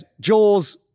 Jaws